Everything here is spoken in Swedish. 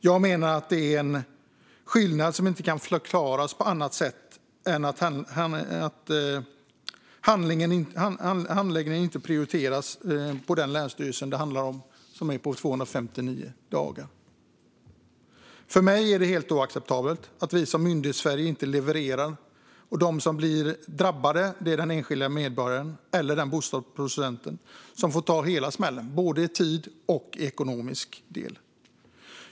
Jag menar att detta är en skillnad som inte kan förklaras på annat sätt än att handläggningen inte prioriteras på den länsstyrelse där den tar 259 dagar. För mig är det helt oacceptabelt att vi från Myndighetssveriges sida inte levererar. Den som drabbas är den enskilde medborgare eller bostadsproducent som får ta hela smällen, både i tid och ekonomiskt.